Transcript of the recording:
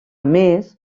més